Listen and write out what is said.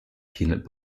peanut